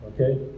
okay